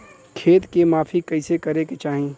खेत के माफ़ी कईसे करें के चाही?